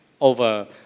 over